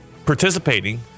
Participating